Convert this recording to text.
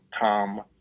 Tom